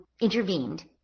intervened